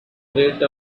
rate